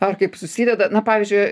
ar kaip susideda na pavyzdžiui